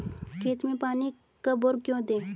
खेत में पानी कब और क्यों दें?